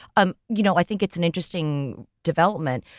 um you know i think it's an interesting development.